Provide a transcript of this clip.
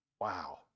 wow